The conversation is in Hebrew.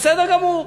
בסדר גמור,